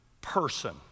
person